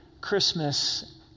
Christmas